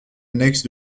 annexe